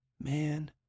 man